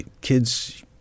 kids